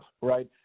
right